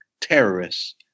terrorists